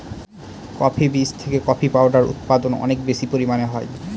coffee বীজ থেকে coffee powder উৎপাদন অনেক বেশি পরিমানে হয়